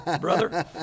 brother